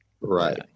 Right